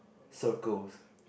circles